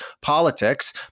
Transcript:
politics